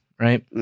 right